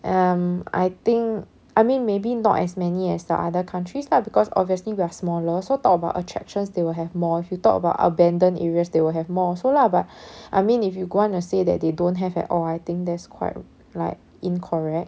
um I think I mean maybe not as many as the other countries lah because obviously we are smaller so talk about attractions they will have more if you talk about abandoned areas they will have more also lah but I mean if you want to say that they don't have at all I think that's quite like incorrect